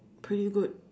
pretty good